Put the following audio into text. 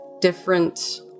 different